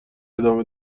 ادامه